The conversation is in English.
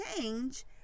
change